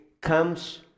comes